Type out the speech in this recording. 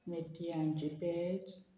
मेथ्यांची पेज